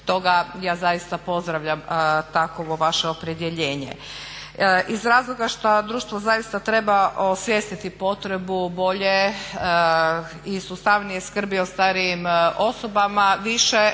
toga ja zaista pozdravljam takovo vaše opredjeljenje iz razloga što društvo zaista treba osvijestiti potrebu bolje i sustavnije skrbi o starijim osobama, više